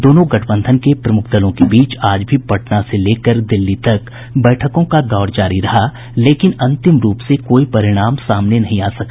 दोनों गठबंधन के प्रमुख दलों के बीच आज भी पटना से लेकर दिल्ली तक बैठकों का दौर जारी रहा लेकिन अंतिम रूप से कोई भी परिणाम सामने नहीं आ सका